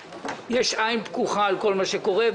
יש עין פקוחה על כל מה שקורה.